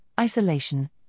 isolation